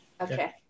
okay